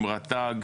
עם רט"ג,